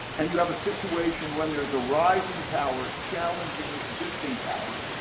and you have a situation when there's a rising power challenging existing power.